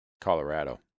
Colorado